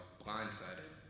blindsided